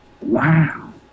Wow